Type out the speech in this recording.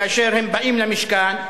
כאשר הם באים למשכן,